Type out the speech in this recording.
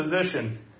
position